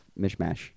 mishmash